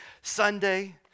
Sunday